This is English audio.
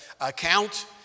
account